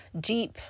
Deep